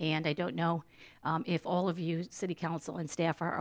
and i don't know if all of us city council and staff are